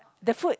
the food